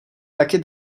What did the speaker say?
taky